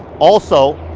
also,